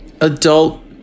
adult